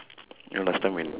you know last time when